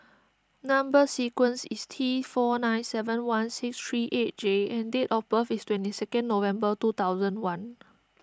Number Sequence is T four nine seven one six three eight J and date of birth is twenty second November two thousand one